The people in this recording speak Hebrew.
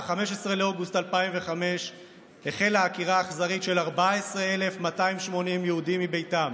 ב-15 באוגוסט 2005 החלה עקירה אכזרית של 14,280 יהודים מביתם.